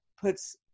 puts